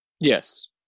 Yes